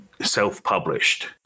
self-published